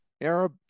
Arab